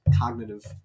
cognitive